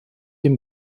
dem